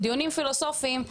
דיונים פילוסופיים,